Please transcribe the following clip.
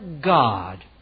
God